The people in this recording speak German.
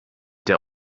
der